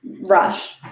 Rush